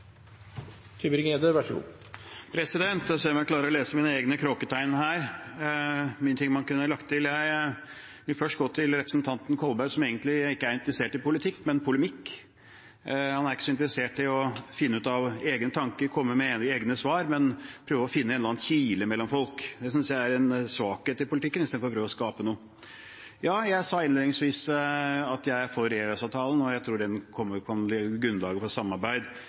interessert i politikk, men i polemikk. Han er ikke så interessert i å finne ut av egne tanker og komme med egne svar, men prøver å finne en eller annen kile mellom folk istedenfor å prøve å skape noe. Det synes jeg er en svakhet i politikken. Ja, jeg sa innledningsvis at jeg er for EØS-avtalen, og jeg tror den kan bli grunnlaget for samarbeid